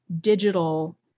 digital